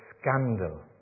scandal